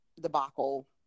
debacle